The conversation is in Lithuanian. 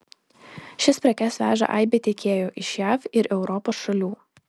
šias prekes veža aibė tiekėjų iš jav ir europos šalių